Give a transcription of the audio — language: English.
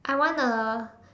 I want a